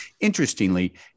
Interestingly